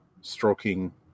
stroking